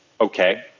okay